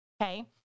okay